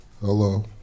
Hello